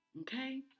Okay